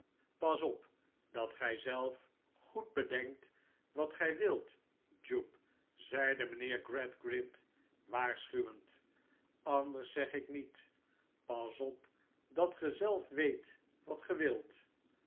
pas op dat gij zelf goed bedenkt wat gij wilt jupe zeide mijnheer gradgrind waarschuwend anders zeg ik niet pas op dat ge zelf weet wat